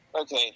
okay